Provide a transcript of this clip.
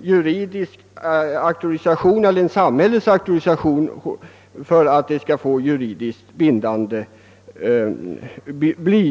Givetvis behövs en samhällets auktorisation för att akten skall bli